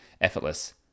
effortless